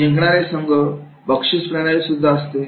जिंकणारे संघ साठी बक्षिस प्रणालीसुद्धा असते